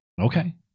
Okay